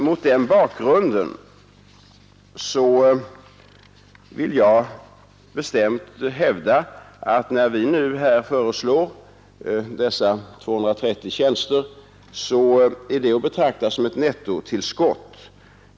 Mot den bakgrunden vill jag bestämt hävda, att när vi nu föreslår 230 nya tjänster är det att betrakta som ett nettotillskott.